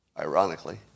ironically